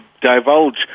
divulge